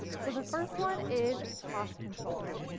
so the first one is cost controls.